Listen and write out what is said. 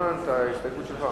מהזמן את ההסתייגות שלך.